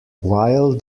while